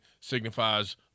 signifies